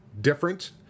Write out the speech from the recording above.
different